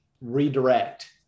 redirect